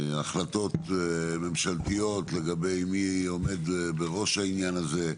החלטות ממשלתיות לגבי מי עומד בראש העניין הזה.